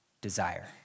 desire